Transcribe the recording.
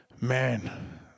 Man